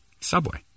Subway